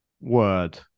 word